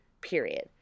Period